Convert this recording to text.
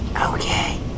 Okay